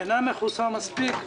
המדינה אינה מכוסה מספיק,